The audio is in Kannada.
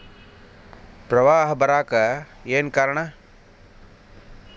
ಪ್ರವಾಹ ಬರಾಕ್ ಏನ್ ಕಾರಣ?